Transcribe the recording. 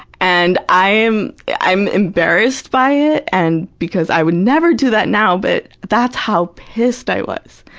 and i'm yeah i'm embarrassed by it and because i would never do that now, but that's how pissed i was.